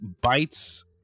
bites